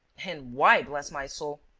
and why, bless my soul?